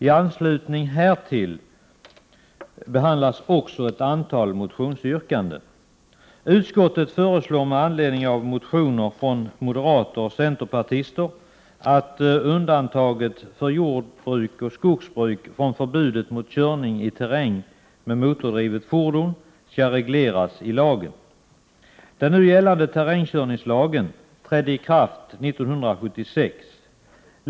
I anslutning härtill behandlas också ett antal motionsyrkanden. Den nu gällande terrängkörningslagen trädde i kraft 1976.